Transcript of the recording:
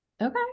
Okay